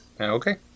Okay